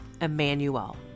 Emmanuel